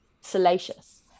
salacious